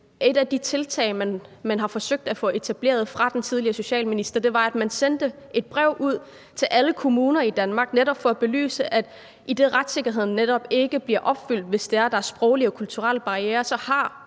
et af de tiltag, man har forsøgt at få etableret fra den tidligere socialministers side, var, at man sendte et brev ud til alle kommuner i Danmark, netop for at belyse, at idet retssikkerheden netop ikke bliver opfyldt, hvis det er, der er sproglige og kulturelle barrierer, så har